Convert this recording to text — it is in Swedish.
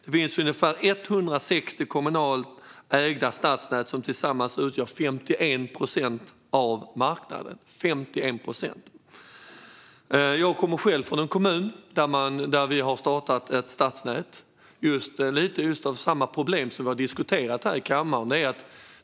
Det finns ungefär 160 kommunalt ägda stadsnät som tillsammans utgör 51 procent av marknaden. Jag kommer själv från en kommun där vi har startat ett stadsnät lite grann på grund av samma problem som vi har diskuterat här i kammaren.